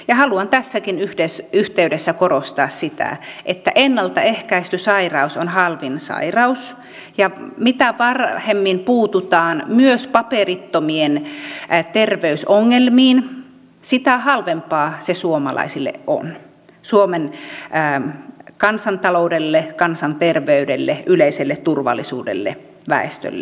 ja haluan tässäkin yhteydessä korostaa sitä että ennaltaehkäisty sairaus on halvin sairaus ja mitä varhemmin puututaan myös paperittomien terveysongelmiin sitä halvempaa se suomalaisille on suomen kansantaloudelle kansanterveydelle yleiselle turvallisuudelle väestölle